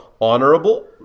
honorable